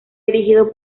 dirigido